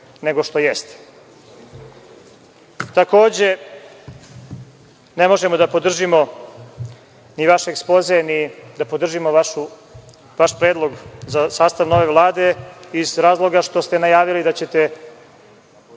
nego što jeste. Takođe, ne možemo da podržimo ni vaš ekspoze, ni da podržimo vaš predlog za sastav nove Vlade iz razloga što ste najavili da ćete